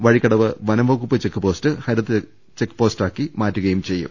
വഴിക്ക ടവ് വനം വകുപ്പ് ചെക്ക് പോസ്റ്റ് ഹരിത ചെക്ക് പോസ്റ്റായി മാറ്റുകയും ചെയ്യും